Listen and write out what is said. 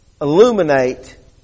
illuminate